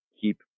keep